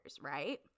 right